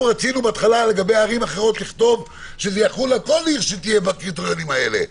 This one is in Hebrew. בהתחלה רצינו לכתוב שזה יחול על כל עיר שתהיה בקריטריונים האלה.